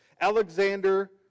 Alexander